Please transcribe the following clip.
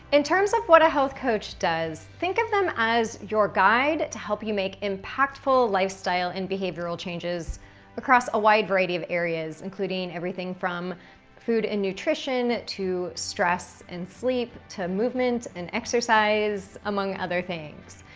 in terms of what a health coach does thinks of them as your guide to help you make impactful lifestyle and behavioral changes across a wide variety of areas. including everything from food and nutrition to stress and sleep, to movement and exercise among other things.